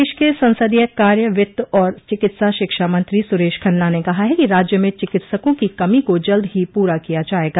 प्रदेश के संसदीय कार्य वित्त और चिकित्सा शिक्षा मंत्री सुरेश खन्ना ने कहा है कि राज्य में चिकित्सकों की कमी को जल्द ही पूरा किया जायेगा